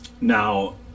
Now